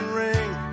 ring